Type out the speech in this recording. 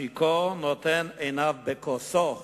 השיכור נותן עינו בכוסו,